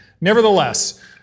Nevertheless